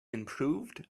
improved